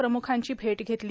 प्रम्खांची भेट घेतली